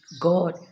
god